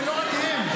ולא רק הם.